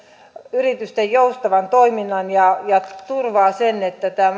yritysten joustavan toiminnan ja ja turvaa sen että tämä